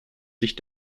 sich